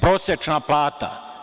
Prosečna plata.